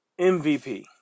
MVP